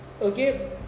Okay